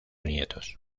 nietos